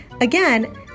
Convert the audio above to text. Again